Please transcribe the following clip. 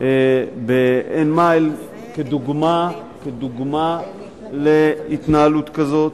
בעין-מאהל כדוגמה להתנהלות כזאת,